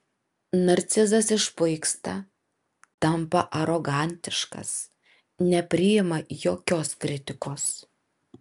narcizas išpuiksta tampa arogantiškas nepriima jokios kritikos